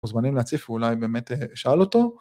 מוזמנים להציף ואולי באמת אשאל אותו?